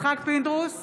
יצחק פינדרוס,